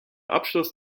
abschluss